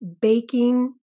baking